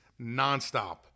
nonstop